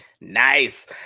Nice